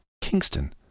Kingston